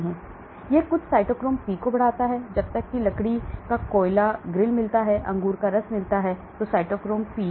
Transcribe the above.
तो यह कुछ साइटोक्रोम पी को बढ़ाता है जब एक लकड़ी का कोयला ग्रिल मिलता है अंगूर का रस CYP cytochrome P3A